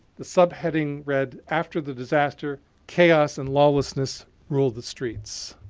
the subheading read, after the disaster chaos and lawlessness ruled the streets.